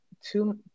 two